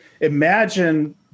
imagine